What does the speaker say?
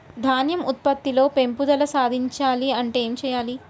ధాన్యం ఉత్పత్తి లో పెంపుదల సాధించాలి అంటే ఏం చెయ్యాలి?